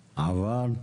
לאמור: